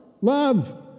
Love